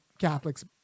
Catholics